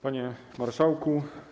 Panie Marszałku!